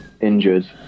injured